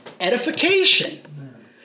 Edification